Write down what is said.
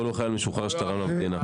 והוא לא חייל משוחרר שתרם למדינה.